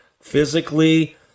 physically